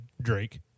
Drake